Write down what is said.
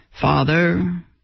Father